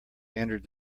entered